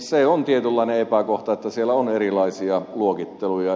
se on tietynlainen epäkohta että siellä on erilaisia luokitteluja